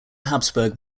habsburg